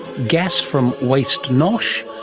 gas from waste nosh.